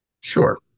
Sure